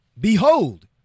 Behold